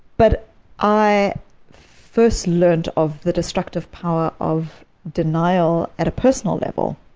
but i first learned of the destructive power of denial at a personal level